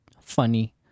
funny